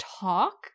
talk